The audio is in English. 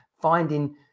finding